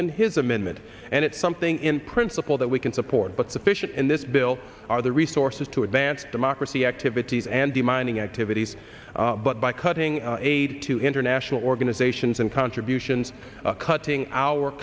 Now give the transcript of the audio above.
in his amendment and it's something in principle that we can support but sufficient in this bill are the resources to advance democracy activities and the mining activities but by cutting aid to international organizations and contributions cutting our